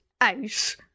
out